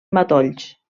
matolls